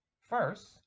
first